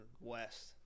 West